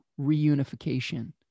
reunification